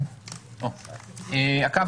הקו